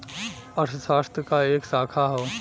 अर्थशास्त्र क एक शाखा हौ